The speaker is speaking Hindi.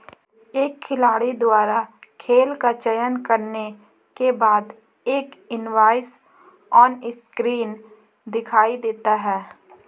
एक खिलाड़ी द्वारा खेल का चयन करने के बाद, एक इनवॉइस ऑनस्क्रीन दिखाई देता है